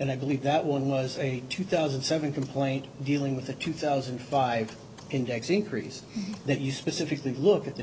and i believe that one was a two thousand seven complaint dealing with the two thousand five index increase that you specifically look at the